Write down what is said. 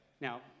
Now